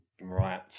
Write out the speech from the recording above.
Right